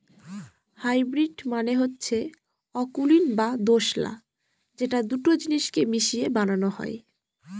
hybrid মানে হচ্ছে অকুলীন বা দোঁশলা যেটা দুটো জিনিস কে মিশিয়ে বানানো হয়